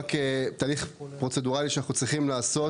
רק תהליך פרוצדורלי שאנחנו צריכים לעשות.